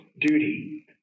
duty